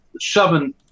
shoving